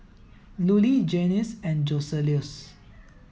Lulie Janyce and Joseluis